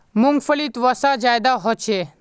मूंग्फलीत वसा ज्यादा होचे